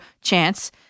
chance